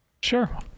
Sure